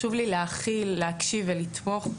חשוב לי להכיל אותם, להקשיב להם ולתמוך בהם.